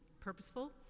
purposeful